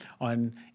on